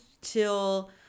till